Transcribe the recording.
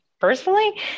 personally